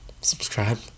subscribe